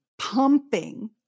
pumping